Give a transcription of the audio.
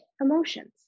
emotions